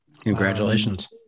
Congratulations